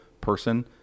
person